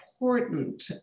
important